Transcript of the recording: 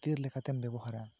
ᱛᱤᱨ ᱞᱮᱠᱟᱛᱮᱢ ᱵᱮᱵᱚᱦᱟᱨᱟ